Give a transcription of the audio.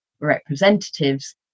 representatives